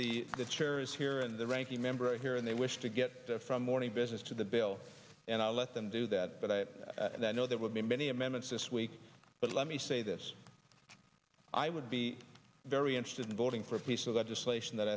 the the chair is here and the ranking member here and they wish to get from morning business to the bill and i let them do that but i know there will be many amendments this week but let me say this i would be very interested in voting for a piece of legislation that